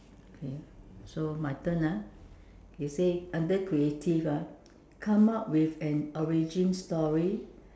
okay so my turn ah they say under creative ah come up with an origin story